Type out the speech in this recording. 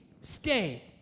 stay